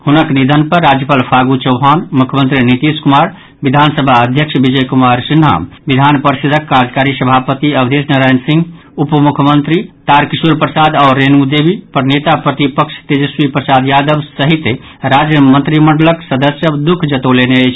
हुनक निधन पर राज्यपाल फागू चौहान मुख्यमंत्री नीतीश कुमार विधानसभा अध्यक्ष विजय कुमार सिन्हा विधान परिषदक कार्यकारी सभापति अवधेश नारायण सिंह उप मुख्यमंत्री तारकिशोर प्रसाद आओर रेणु देवी नेताप्रतिपक्ष तेजस्वी प्रसाद यादव सहित राज्य मंत्रिमंडलक सदस्य सभ दू ख जतौलनि अछि